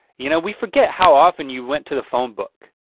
you know we forget how often you went to the phone book.